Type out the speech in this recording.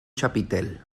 chapitel